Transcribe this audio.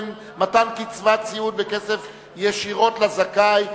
מתן קצבת סיעוד בכסף ישירות לזכאי),